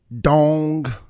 dong